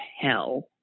hell